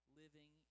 living